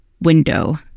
window